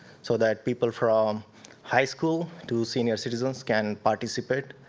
so that people from high school to senior citizens can participate,